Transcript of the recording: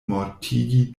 mortigi